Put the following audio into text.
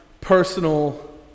personal